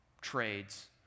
Trades